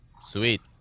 Sweet